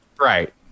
Right